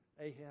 Ahab